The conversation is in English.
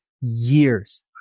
years